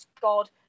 god